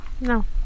no